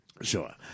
Sure